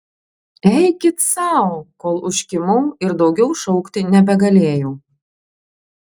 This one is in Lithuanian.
eikit sau kol užkimau ir daugiau šaukti nebegalėjau